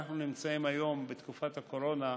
אנחנו נמצאים היום בתקופת הקורונה,